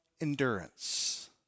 endurance